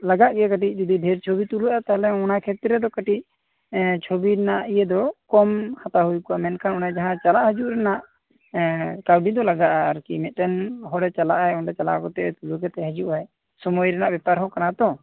ᱞᱟᱜᱟᱜ ᱜᱮᱭᱟ ᱠᱟᱹᱴᱤᱡ ᱡᱩᱫᱤ ᱰᱷᱮᱨ ᱪᱷᱚᱵᱤ ᱛᱩᱞᱟᱹᱜ ᱟ ᱛᱟᱦᱚᱞᱮ ᱚᱱᱟ ᱠᱷᱮᱛᱨᱮ ᱫᱚ ᱠᱟ ᱴᱤᱡ ᱮᱸ ᱪᱷᱚᱵᱤ ᱨᱮᱱᱟᱜ ᱤᱭᱟ ᱫᱚ ᱠᱚᱢ ᱦᱟᱛᱟᱣ ᱦᱩᱭ ᱠᱚᱜ ᱟ ᱢᱮᱱᱠᱷᱟᱱ ᱚᱱᱟ ᱡᱟᱦᱟᱸ ᱪᱟᱞᱟᱜ ᱦᱤᱡᱩᱜ ᱨᱮᱱᱟᱜ ᱮᱸᱻ ᱠᱟᱹᱣᱰᱤ ᱫᱚ ᱞᱟᱜᱟᱜ ᱟ ᱟᱨ ᱠᱤ ᱢᱤᱫᱴᱟᱝ ᱦᱚᱲᱮ ᱪᱟᱞᱟᱜᱼᱟ ᱚᱱᱰᱮ ᱪᱟᱞᱟᱣ ᱠᱟᱛᱮ ᱛᱩᱞᱟᱹᱣ ᱠᱟᱛᱮᱭ ᱦᱤᱡᱩᱜ ᱟᱣ ᱥᱚᱢᱚᱭ ᱨᱮᱱᱟᱜ ᱵᱮᱯᱟᱨ ᱦᱚᱸ ᱠᱟᱱᱟ ᱛᱚ